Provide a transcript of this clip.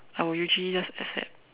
I will usually just accept